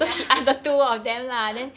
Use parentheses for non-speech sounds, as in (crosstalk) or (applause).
ya (laughs)